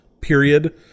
period